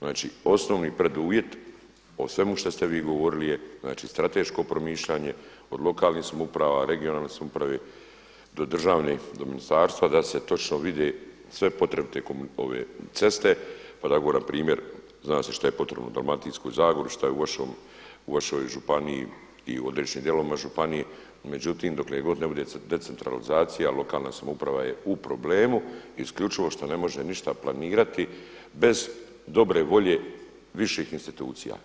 Znači osnovni preduvjet o svemu što ste vi govorili je strateško promišljanje od lokalnih samouprava, regionalne samouprave do državne, do ministarstva da se točno vide sve potrebite ceste … primjer zna se šta je potrebno u Dalmatinskoj zagori, šta je u vašoj županiji i u određenim dijelovima županije, međutim dokle god ne bude decentralizacija lokalna samouprava je u problemu isključivo što ne može ništa planirati bez dobre volje viših institucija.